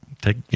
take